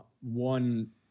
one